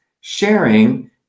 sharing